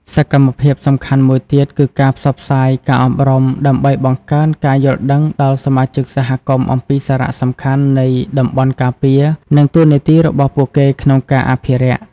សកម្មភាពសំខាន់មួយទៀត គឺការផ្សព្វផ្សាយ ការអប់រំ ដើម្បីបង្កើនការយល់ដឹងដល់សមាជិកសហគមន៍អំពីសារៈសំខាន់នៃតំបន់ការពារ និងតួនាទីរបស់ពួកគេក្នុងការអភិរក្ស។